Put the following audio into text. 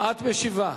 את משיבה.